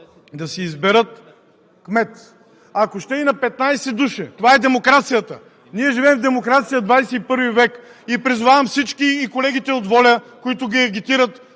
да си изберат кмет, ако ще и на 15 души. Това е демокрацията! Ние живеем в демокрация в XXI век. Призовавам всички – колегите от ВОЛЯ, които ги агитират